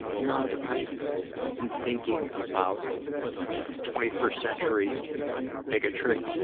you know, i've i've been thinking about twenty first century bigotry.